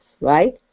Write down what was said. Right